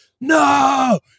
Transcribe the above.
No